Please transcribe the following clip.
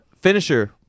Finisher